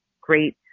great